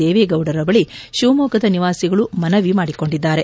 ದೇವೇಗೌಡರ ಬಳಿ ಶಿವಮೊಗ್ಗದ ನಿವಾಸಿಗಳು ಮನವಿ ಮಾಡಿಕೊಂಡಿದ್ದಾರೆ